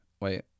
Wait